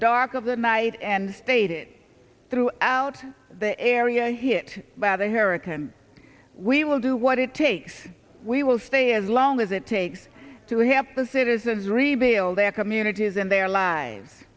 dark of the night and stated throughout the area hit by the hurrican we will do what it takes we will stay as long as it takes to help the citizens rebuild their communities and their lives